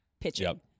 pitching